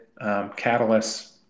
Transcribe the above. catalysts